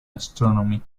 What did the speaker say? astronomy